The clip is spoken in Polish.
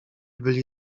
byli